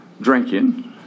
drinking